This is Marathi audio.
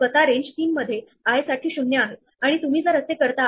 शेवटी मला पुन्हा target node tx ty target node t x t y ला मार्क केलेली व्हॅल्यू मिळेल